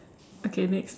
okay next